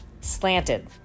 Slanted